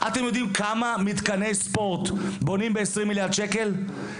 אתם יודעים כמה מתקני ספורט בונים ב-20 מיליארד שקל?